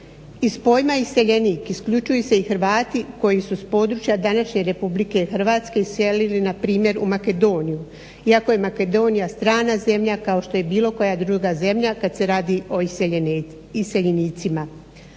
Iz pojma iseljenik isključuju se i Hrvati koji su s područja današnje Republike Hrvatske iselili na primjer u Makedoniju, iako je Makedonija strana zemlja kao što je bilo koja druga zemlja kad se radi o iseljenicima.